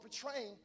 portraying